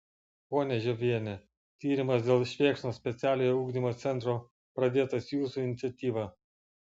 ponia žiobiene tyrimas dėl švėkšnos specialiojo ugdymo centro pradėtas jūsų iniciatyva